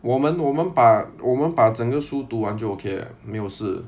我们我们把我们把整个书读完就 okay 没有事